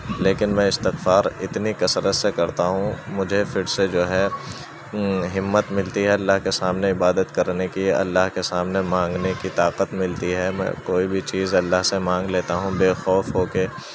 لیکن میں استغفار اتنی کثرت سے کرتا ہوں مجھے پھر سے جو ہے ہمت ملتی اللہ کے سامنے عبادت کرنے کی اللہ کے سامنے مانگنے کی طاقت ملتی ہے میں کوئی بھی چیز اللہ سے مانگ لیتا ہوں بےخوف ہو کے